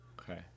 Okay